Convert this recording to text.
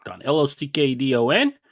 L-O-C-K-D-O-N